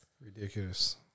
Ridiculous